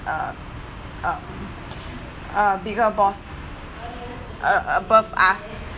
uh um uh bigger boss a~ a~ above us